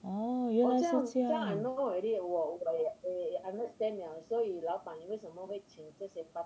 哦原来是这样